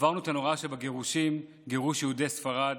עברנו את הנורא שבגירושים, גירוש יהודי ספרד,